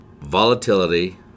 volatility